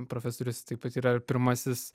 profesorius taip pat yra ir pirmasis